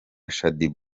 shaddyboo